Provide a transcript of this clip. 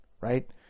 right